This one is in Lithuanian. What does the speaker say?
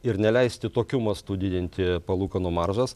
ir neleisti tokiu mastu didinti palūkanų maržas